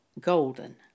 golden